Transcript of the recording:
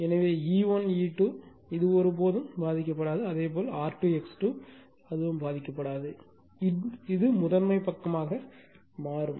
எனவே E1 E2 இது ஒருபோதும் பாதிக்கப்படாது அதே போல் R2 X2 அல்ல இந்த லோடு முதன்மை பக்கமாக மாறும்